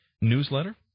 newsletter